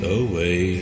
away